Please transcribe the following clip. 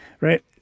right